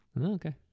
Okay